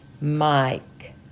Mike